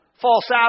false